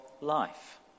life